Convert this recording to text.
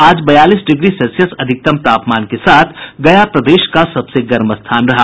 आज बयालीस degree Celsius अधिकतम तापमान के साथ गया प्रदेश का सबसे गर्म स्थान रहा